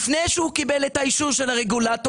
לפני שהוא קיבל את האישור של הרגולטורים,